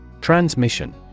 Transmission